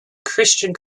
christian